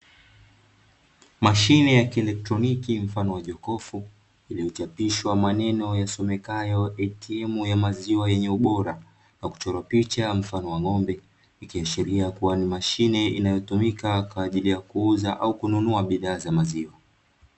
Mashine ya kieletroniki mfano wa jokofu, iliyochapishwa maneno yasomekayo “ATM ya maziwa yenye ubora” na kuchorwa picha ya mfano wa ng’ombe, ikiashiria kuwa ni mashine inayotumika kwa ajili ya kuuza au kununua bidhaa za maziwa.